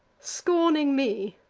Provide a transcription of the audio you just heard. scorning me,